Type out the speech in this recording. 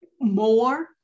more